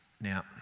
Now